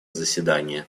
заседания